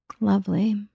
lovely